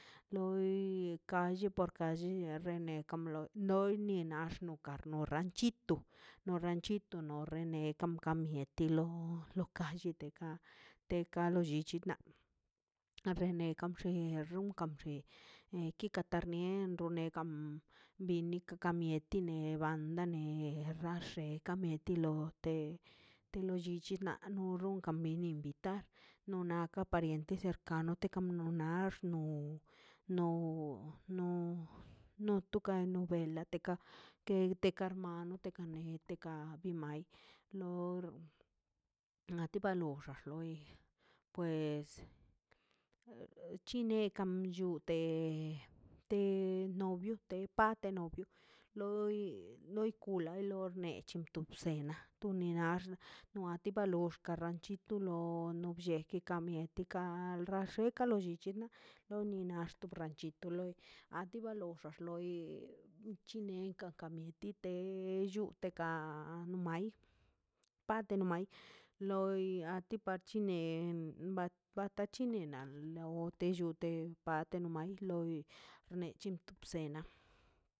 Loi kan lle porka llena rene kamblo loi ni no nax kan lo ranchito no ranchito no rene kam kam mieti lo lo ka llete te kalo llichi na na rene kan llin runkan lli kikartaniendo negan binik ka mieti nevan daner ka xe ka mieti lo te te lo llichi na nor nonkan invitar no naka pariente arkano kano nax no no no no tukala bela nutuka ker teke malo no teka ne teka bi mai nor nati balla loi pues chine campan llute te novio te pate novio loi noi kula lor ne en chu tepsena ne nax muati balor kana ranchito lo no blleki ka ni mieti kal kaxecha lo llichi na lo ni nax ranchito to loi a ti ba loxa loi chinekan ka mi tite lluteka no mai pade no mai loi a ti patche nei ei bata chi nine na lo te llu lute pate no mai loi xneche bsenaꞌ.